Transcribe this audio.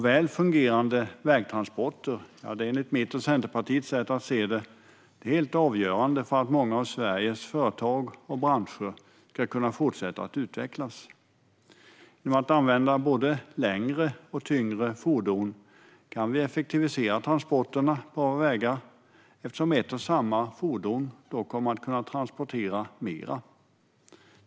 Väl fungerande vägtransporter är enligt mitt och Centerpartiets sätt att se det helt avgörande för att många av Sveriges företag och branscher ska kunna fortsätta att utvecklas. Genom att använda både längre och tyngre fordon kan vi effektivisera transporterna av vägar eftersom ett och samma fordon då kommer att transportera mer.